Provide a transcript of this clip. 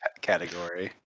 category